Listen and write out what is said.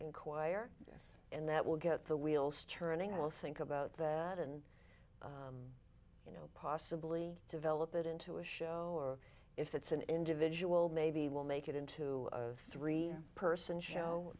inquire this and that will get the wheels turning i'll think about that and you know possibly develop it into a show or if it's an individual maybe will make it into a three person show